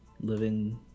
living